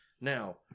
Now